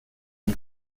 dem